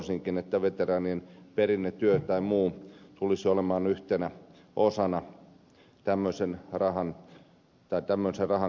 toivoisinkin että veteraanien perinnetyö tai muu tulisi olemaan yhtenä tämmöisen rahan kohteena